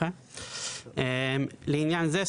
לעניין זה,